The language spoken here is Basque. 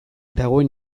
dagoen